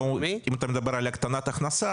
אם אתה מדבר על הקטנת הוצאה,